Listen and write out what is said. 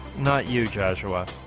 not you, joshua.